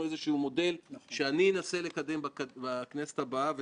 והוא שכן יהיה כלי פרלמנטרי,